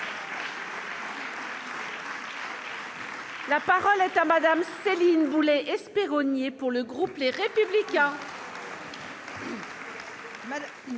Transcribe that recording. La parole est à Mme Céline Boulay-Espéronnier, pour le groupe Les Républicains.